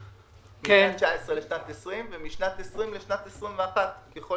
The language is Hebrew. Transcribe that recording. משנת 2019 לשנת 2020, ומשנת 2020 לשנת 2021, ככל